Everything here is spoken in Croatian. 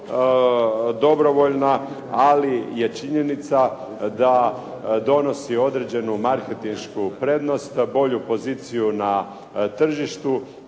dobrovoljna, ali je činjenica da donosi određenu marketinšku prednost, bolju poziciju na tržištu,